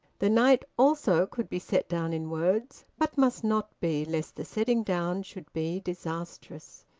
the night also could be set down in words, but must not be, lest the setting-down should be disastrous.